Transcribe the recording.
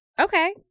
Okay